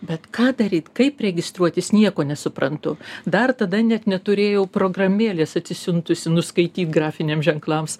bet ką daryt kaip registruotis nieko nesuprantu dar tada net neturėjau programėlės atsisiuntusi nuskaityt grafiniam ženklams